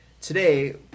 Today